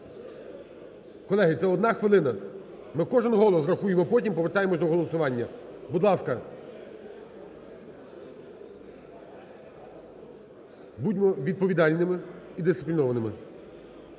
Колеги, це одна хвилина. Ми кожен голос рахуємо потім, повертаємось до голосування. Будь ласка, будьмо відповідальними і дисциплінованими.